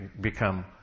become